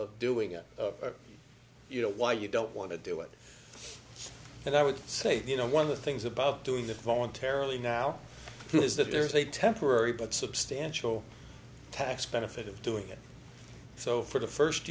of doing it you know why you don't want to do it and i would say you know one of the things about doing that voluntarily now is that there's a temporary but substantial tax benefit of doing it so for the first